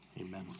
amen